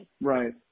Right